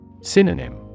Synonym